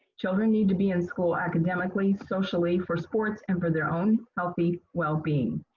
children need to be in school academically, socially for sports and for their own healthy well being.